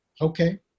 Okay